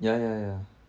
ya ya ya